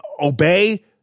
obey